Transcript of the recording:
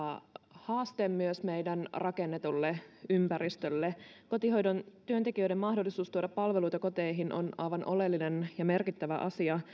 haaste myös meidän rakennetulle ympäristölle kotihoidon työntekijöiden mahdollisuus tuoda palveluita koteihin on aivan oleellinen ja merkittävä asia